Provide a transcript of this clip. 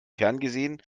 ferngesehen